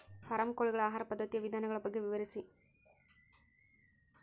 form ಕೋಳಿಗಳ ಆಹಾರ ಪದ್ಧತಿಯ ವಿಧಾನಗಳ ಬಗ್ಗೆ ವಿವರಿಸಿ